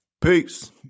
Peace